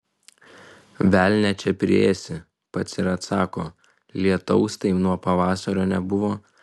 velnią čia priėsi pats ir atsako lietaus tai nuo pavasario nebuvo